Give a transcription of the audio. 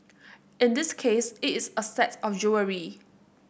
in this case it is a set of jewellery